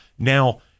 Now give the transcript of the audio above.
Now